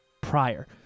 prior